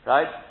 Right